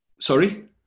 Sorry